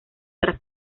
tras